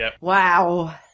Wow